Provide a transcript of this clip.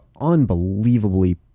unbelievably